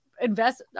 invest